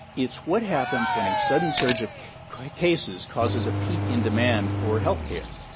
it's what happens when a sudden surge of cases causes a peak in demand for health care.